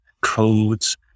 codes